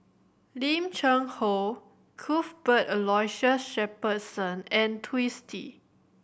Lim Cheng Hoe Cuthbert Aloysius Shepherdson and Twisstii